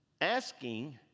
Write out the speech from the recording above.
asking